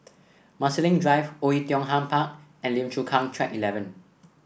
Marsiling Drive Oei Tiong Ham Park and Lim Chu Kang Track Eleven